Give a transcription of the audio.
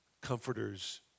comforters